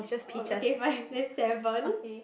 oh okay fine that's seven